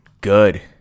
good